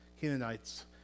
Canaanites